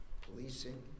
Policing